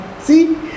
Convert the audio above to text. See